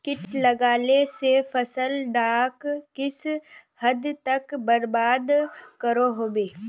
किट लगाले से फसल डाक किस हद तक बर्बाद करो होबे?